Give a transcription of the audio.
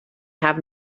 have